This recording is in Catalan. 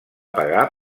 pagar